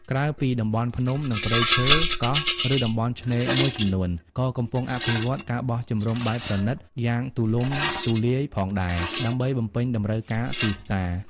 ក្រៅពីតំបន់ភ្នំ និងព្រៃឈើ កោះ ឬតំបន់ឆ្នេរមួយចំនួន ក៏កំពុងអភិវឌ្ឍ ការបោះជំរំបែបប្រណីត យ៉ាងទូលំទូលាយផងដែរ ដើម្បីបំពេញតម្រូវការទីផ្សារ។